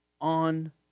on